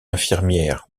infirmières